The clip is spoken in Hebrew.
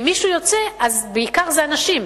אם מישהו יוצא, אלה בעיקר הנשים.